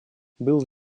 был